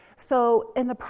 so in the,